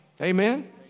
Amen